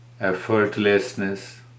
effortlessness